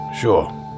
Sure